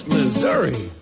Missouri